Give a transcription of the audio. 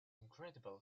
incredible